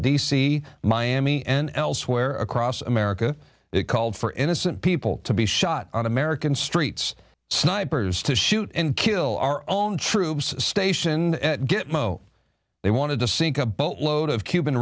c miami and elsewhere across america it called for innocent people to be shot on american streets snipers to shoot and kill our own troops stationed at get they wanted to seek a boat load of cuban